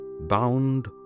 bound